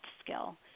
skill